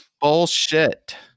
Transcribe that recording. Bullshit